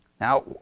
Now